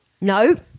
No